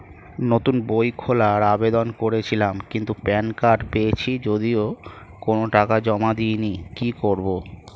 নতুন বই খোলার আবেদন করেছিলাম কিন্তু প্যান কার্ড পেয়েছি যদিও কোনো টাকা জমা দিইনি কি করব?